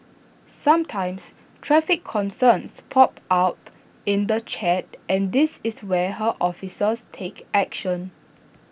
sometimes traffic concerns pop up in the chat and this is where her officers take action